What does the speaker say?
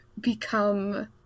become